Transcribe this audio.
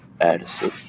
Addison